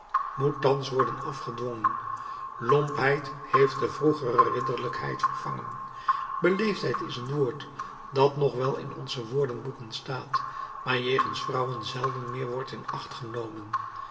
moet thans worden afgedwongen lompheid heeft de vroegere ridderlijkheid vervangen beleefdheid is een woord dat nog wel in onze woordenboeken staat maar jegens vrouwen zelden meer wordt in acht genomen